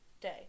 day